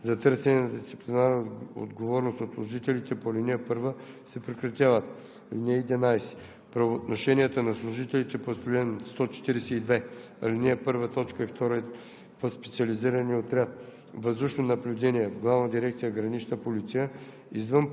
Образуваните и неприключили до 31 октомври 2020 г. производства за търсене на дисциплинарна отговорност от служителите по ал. 1 се прекратяват. (11) Правоотношенията на служителите по чл. 142, ал. 1,